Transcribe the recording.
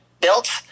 built